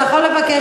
אתה יכול לבקש,